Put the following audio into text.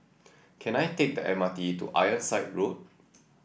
can I take the M R T to Ironside Road